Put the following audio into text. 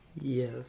Yes